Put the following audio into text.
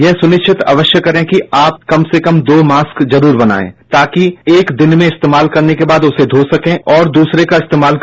यह सुनिश्चित अवश्य करें कि यह आप ऐसे कम से कम दो मास्क जरूर बनाये ताकि एक दिन में इस्तेमाल करने के बाद उसे धो सके और दूसरे का इस्तेमाल कर सके